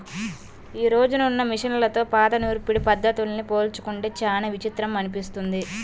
యీ రోజునున్న మిషన్లతో పాత నూర్పిడి పద్ధతుల్ని పోల్చుకుంటే చానా విచిత్రం అనిపిస్తది